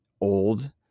old